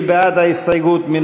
מי בעד ההסתייגות?